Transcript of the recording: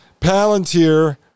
Palantir